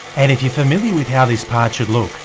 and if you're familiar with how this part should look,